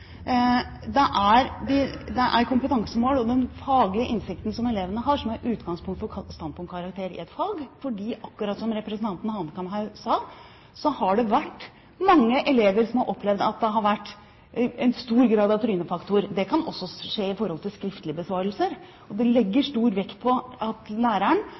det er kompetansemål og den faglige innsikten som elevene har, som er utgangspunktet for standpunktkarakteren i et fag, for akkurat som representanten Hanekamhaug sa, har det vært mange elever som har opplevd at det har vært en stor grad av trynefaktor. Det kan også skje når det gjelder skriftlige besvarelser, og det legges stor vekt på at